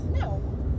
No